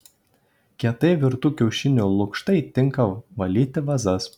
kietai virtų kiaušinių lukštai tinka valyti vazas